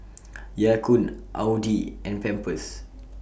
Ya Kun Audi and Pampers